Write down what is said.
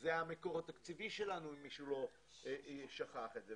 זה המקור התקציבי שלנו, אם מישהו שכח את זה.